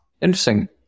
Interesting